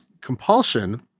compulsion –